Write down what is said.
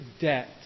debt